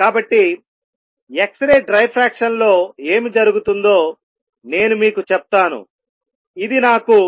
కాబట్టి X ray diffraction లో ఏమి జరుగుతుందో నేను మీకు చెప్తానుఇది నాకు